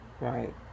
right